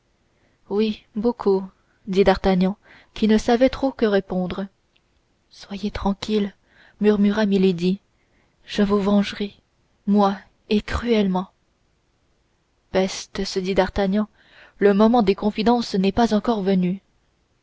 oui beaucoup dit d'artagnan qui ne savait trop que répondre soyez tranquille murmura milady je vous vengerai moi et cruellement peste se dit d'artagnan le moment des confidences n'est pas encore venu